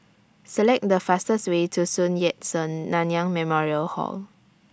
Select The fastest Way to Sun Yat Sen Nanyang Memorial Hall